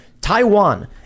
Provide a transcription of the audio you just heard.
Taiwan